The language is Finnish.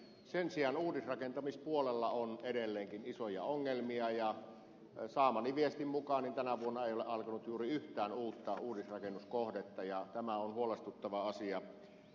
sen sijaan uudisrakentamispuolella on edelleenkin isoja ongelmia ja saamani viestin mukaan tänä vuonna ei ole alkanut juuri yhtään uutta uudisrakennuskohdetta ja tämä on huolestuttava asia